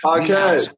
Okay